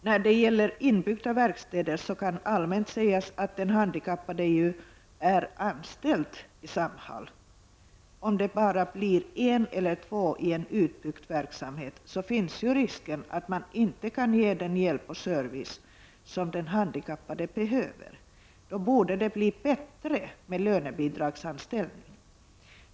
När det gäller inbyggda verkstäder så kan allmänt sägas att den handikappade ju är anställd i Samhall. Om det bara blir en eller två personer i en utbyggd verksamhet så finns ju risken att man inte kan ge den hjälp och service som den handikappade behöver. Då borde det bli bättre med lönebidragsanställning i stället.